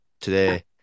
today